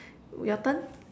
your turn